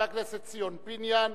חבר הכנסת ציון פיניאן,